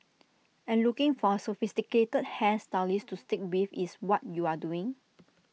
and looking for A sophisticated hair stylist to stick with is what you are doing